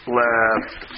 left